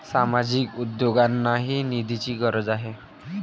सामाजिक उद्योगांनाही निधीची गरज आहे